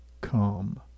come